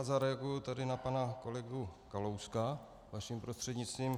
Zareaguji tady na pana kolegu Kalouska vaším prostřednictvím.